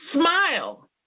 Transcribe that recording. Smile